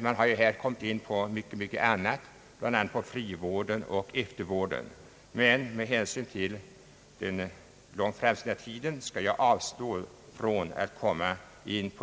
Man har här också kommit in på mycket annat, bl.a. frivården och eftervården. Men med hänsyn till den långt framskridna tiden skall jag avstå från att beröra